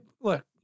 Look